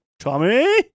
Tommy